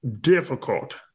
difficult